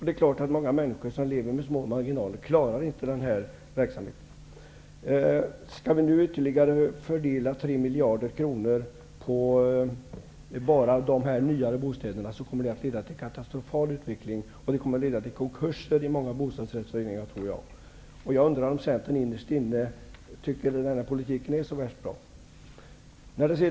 Det är klart att många människor som lever på små marginaler inte klarar detta. Om ytterligare 3 miljarder kronor skall fördelas till bara de nyare bostäderna, tror jag att det kommer att leda till en katastrofal utveckling och konkurser i många bostadsrättsföreningar. Jag undrar om Centern innerst inne tycker att denna politik är så värst bra.